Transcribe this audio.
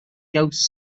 ghosts